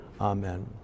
Amen